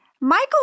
Michael